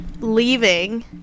leaving